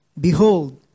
behold